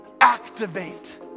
activate